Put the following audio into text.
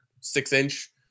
six-inch